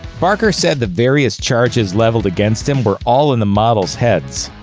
barker said the various charges leveled against him were all in the models' heads.